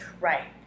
Right